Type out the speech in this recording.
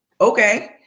okay